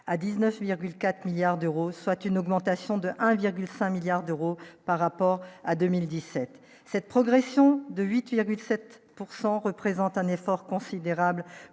à 19,4 milliards d'euros, soit une augmentation de 1,5 milliard d'euros par rapport à 2017, cette progression de 8 il y a plus de 7 pourcent représente un effort considérable